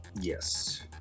Yes